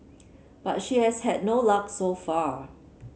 but she has had no luck so far